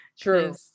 True